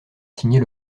signer